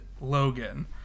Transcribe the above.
Logan